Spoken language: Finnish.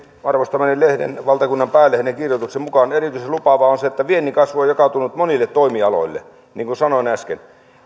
arvostamani lehden valtakunnan päälehden kirjoituksen mukaan erityisen lupaavaa on se että viennin kasvu on jakautunut monille toimialoille niin kuin sanoin äsken